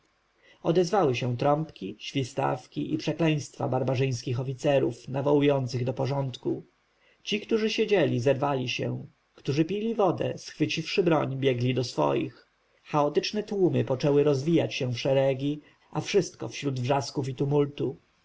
odezwały się trąbki świstawki i przekleństwa barbarzyńskich oficerów nawołujących do porządku ci którzy siedzieli zerwali się którzy pili wodę schwyciwszy broń biegli do swoich chaotyczne tłumy poczęły rozwijać się w szeregi a wszystko wśród wrzasków i tumultu